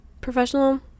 professional